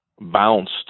bounced